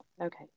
Okay